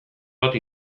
bat